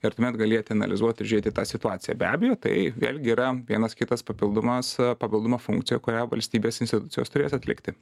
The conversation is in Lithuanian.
ir tuomet galėti analizuoti ir žiūrėti į tą situaciją be abejo tai vėlgi yra vienas kitas papildomas papildoma funkcija kurią valstybės institucijos turės atlikti